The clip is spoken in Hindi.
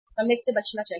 हमें इससे बचना चाहिए